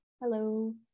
Hello